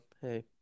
hey